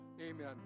Amen